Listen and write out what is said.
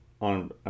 on